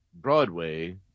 Broadway